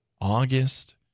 August